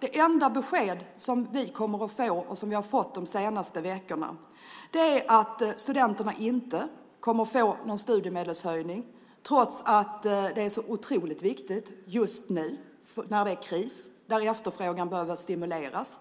Det enda besked som vi har fått de senaste veckorna från den borgerliga regeringen är att studenterna inte kommer att få någon studiemedelshöjning trots att det är otroligt viktigt just nu när det är kris och efterfrågan behöver stimuleras.